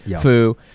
Fu